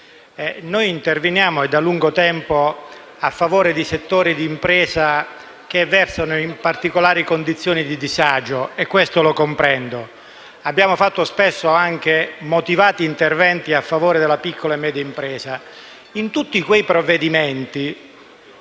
Noi interveniamo da lungo tempo a favore di settori d'impresa che versano in particolari condizioni di disagio e questo lo comprendo. Abbiamo fatto spesso anche motivati interventi a favore della piccola e media impresa. In tutti quei provvedimenti,